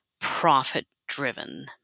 profit-driven